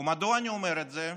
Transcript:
ומדוע אני אומר את זה?